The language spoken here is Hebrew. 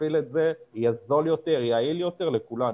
נפעיל את זה, יהיה זול יותר ויעיל יותר לכולנו.